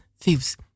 thieves